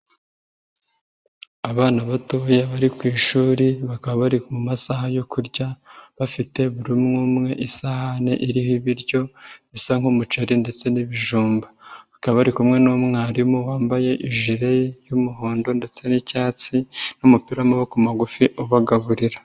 Abana batoya bari ku ishuri bakaba bari mu masaha yo kurya, bafite buri umwe umwe isahani iriho ibiryo bisa nk'umuceri ndetse n'ibijumba. Bakaba barikumwe n'umwarimu wambaye ijire y'umuhondo ndetse n'icyatsi, n'umupira w'amaboko magufi ubagaburira.